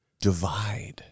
divide